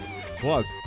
Plus